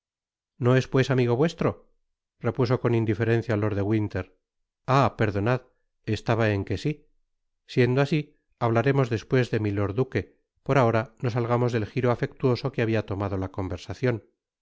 no es pues amigo vuestro repuso con indiferencia lord de winter ahí perdonad estaba en que si siendo asi hablaremos despues de milord duque por ahora do salgamos del giro afectuoso que habia tomado la conversacion